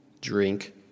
drink